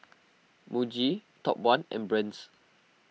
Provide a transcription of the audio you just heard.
Muji Top one and Brand's